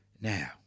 Now